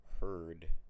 heard